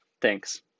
Thanks